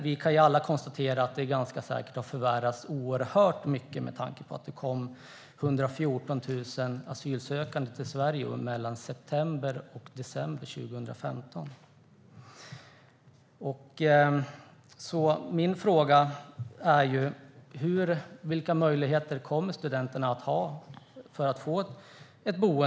Vi kan dock alla konstatera att situationen ganska säkert har förvärrats oerhört mycket med tanke på att det kom 114 000 asylsökande till Sverige mellan september och december 2015. Min fråga är: Vilka möjligheter att få ett boende under hösten kommer studenterna att ha?